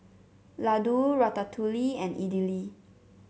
Ladoo Ratatouille and Idili